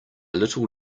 little